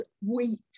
wheat